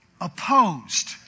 opposed